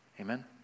Amen